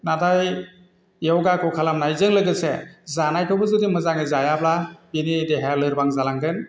नाथाय योगाखौ खालामनायजों लोगोसे जानायखौबो जुदि मोजाङै जायाब्ला बिनि देहाया लोरबां जालांगोन